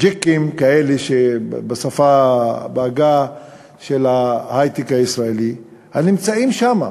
"גיקים" בעגה של ההיי-טק הישראלי, שנמצאים שם.